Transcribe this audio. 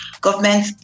government